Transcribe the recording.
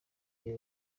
ibyo